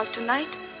Tonight